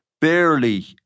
barely